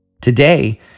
Today